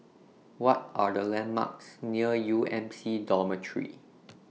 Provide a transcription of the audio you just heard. What Are The landmarks near U M C Dormitory